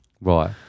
right